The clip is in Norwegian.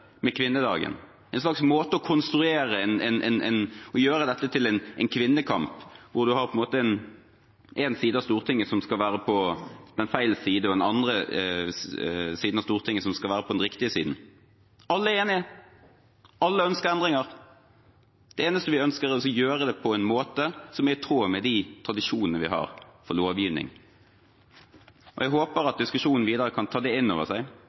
dette til en kvinnekamp, hvor én del av Stortinget skal være på feil side, og den andre delen av Stortinget skal være på den riktige siden. Alle er enige. Alle ønsker endringer. Det eneste vi ønsker, er å gjøre det på en måte som er i tråd med tradisjonene vi har for lovgivning. Jeg håper diskusjonen videre kan ta inn over seg